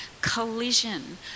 collision